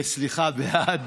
סליחה, בעד.